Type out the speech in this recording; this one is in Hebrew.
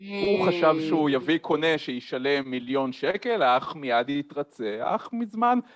הוא חשב שהוא יביא קונה שישלם מיליון שקל, אך מיד התרצה, אך מזמן...